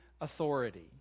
authority